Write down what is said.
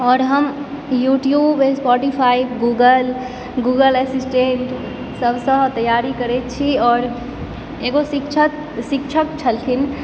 आओर हम YouTube Spotify Google Google असिस्टेंटसभसँ तैयारी करैत छी आओर एगो शिक्षक शिक्षक छलखिन